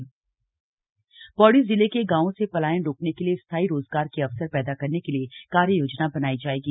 बैठक पौड़ी पौड़ी जिले के गांवों से पलायन रोकने के लिए स्थायी रोजगार के अवसर पैदा करने के लिए कार्य योजना बनाई जाएगी